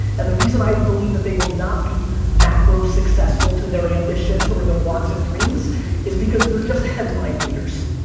and the reason i believe that they will not be macro successful to their ambitions or their wants and dreams is because they're just headline readers.